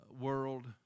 world